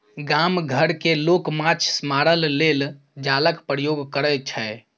गाम घर मे लोक माछ मारय लेल जालक प्रयोग करय छै